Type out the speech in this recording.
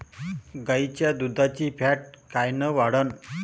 गाईच्या दुधाची फॅट कायन वाढन?